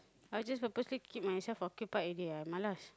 I just purposely keep myself occupied already ah malas